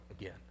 again